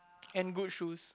and good shoes